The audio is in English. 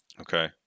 Okay